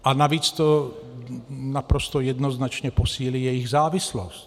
A navíc to naprosto jednoznačně posílí jejich závislost.